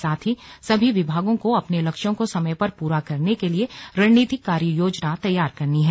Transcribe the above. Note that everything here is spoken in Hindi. साथ ही सभी विभागों को लक्ष्यों को समय पर पूरा करने के लिए रणनीतिक कार्य योजना तैयार करनी है